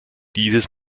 dieses